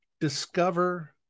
discover